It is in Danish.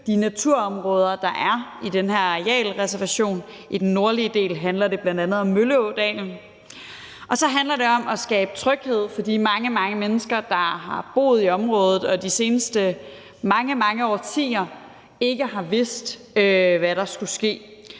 de naturområder, der er i den her arealreservation. I den nordlige del handler det bl.a. om Mølleådalen. Og så handler det om at skabe tryghed for de mange, mange mennesker, der har boet i området og de seneste mange, mange årtier ikke har vidst, hvad der skulle ske.